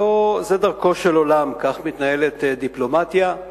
זו דרכו של עולם, כך מתנהלת דיפלומטיה,